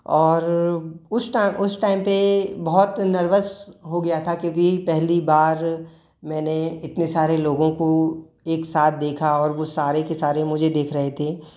और उस टाइम उस टाइम पे बहुत नर्वस हो गया था क्योंकि पहली बार मैंने इतने सारे लोगों को एक साथ देखा और वो सारे के सारे मुझे देख रहे थे